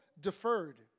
deferred